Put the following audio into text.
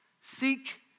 seek